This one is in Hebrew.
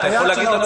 אתה יכול להגיד לנו?